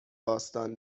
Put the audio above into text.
باستان